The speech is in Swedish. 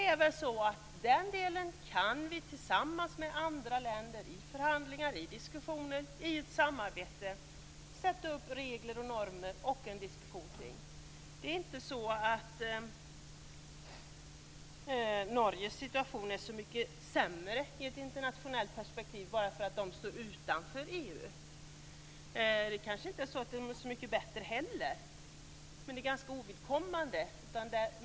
Men vi skulle väl i ett samarbete med andra länder, i diskussioner och i förhandlingar, kunna sätta upp regler och normer för detta. Norges situation är inte så mycket sämre i ett internationellt perspektiv bara därför att Norge står utanför EU. Kanske är situationen inte heller så mycket bättre på grund av detta, utan det är en ganska ovidkommande aspekt.